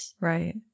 Right